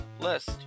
list